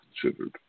considered